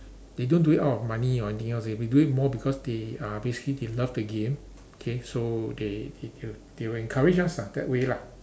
they don't do it out of money or anything else they will do it more because they are basically they love the game K so they they they will they will encourage us ah that way lah